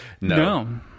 No